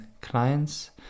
clients